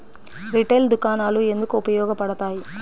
Retail దుకాణాలు ఎందుకు ఉపయోగ పడతాయి?